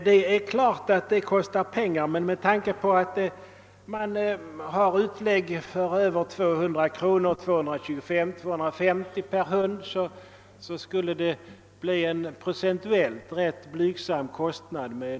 Det är klart att detta kostar pengar, men med tanke på att man har utlägg för 200 —250 kr per hund skulle en fotoregistrering dra med sig en procentuellt ganska blygsam kostnad.